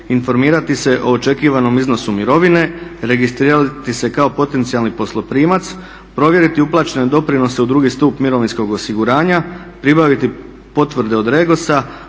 informirati se o očekivanom iznosu mirovine, registrirati se kao potencijalni posloprimac, provjeriti uplaćene doprinose u drugi stup mirovinskog osiguranja, pribaviti potvrde od Regosa,